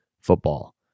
football